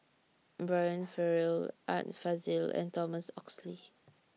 Brian Farrell Art Fazil and Thomas Oxley